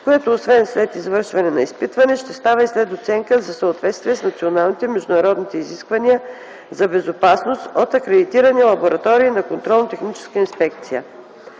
което освен след извършване на изпитване ще става и след оценка за съответствие с националните и международните изисквания за безопасност от акредитирани лаборатории на Контролно-техническа инспекция.